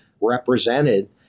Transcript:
represented